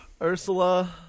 Ursula